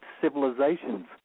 civilizations